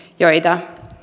joita